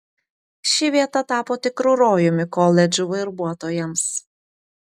ši vieta tapo tikru rojumi koledžų verbuotojams